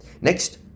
Next